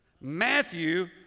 Matthew